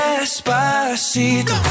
Despacito